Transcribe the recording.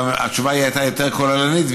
אלא התשובה הייתה יותר כוללנית,